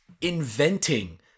inventing